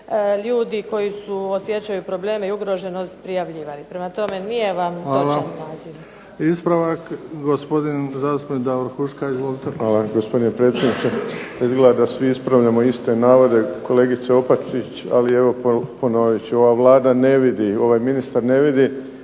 ljudi koji osjećaju probleme i ugroženost prijavljivali. Prema tome, nije vam točan … **Bebić, Luka (HDZ)** Hvala. Ispravak gospodin zastupnik Davor Huška izvolite. **Huška, Davor (HDZ)** Hvala. Gospodine predsjedniče izgleda da svi ispravljamo iste navode kolegice Opačić ali ponovit ću. Ova Vlada ne vidi, ovaj ministar ne vidi,